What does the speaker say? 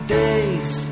days